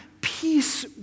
peace